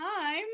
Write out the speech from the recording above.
time